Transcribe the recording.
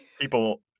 people